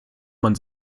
man